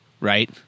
right